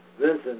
Vincent